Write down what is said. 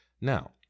Now